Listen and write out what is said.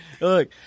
Look